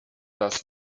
das